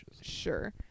Sure